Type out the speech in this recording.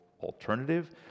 alternative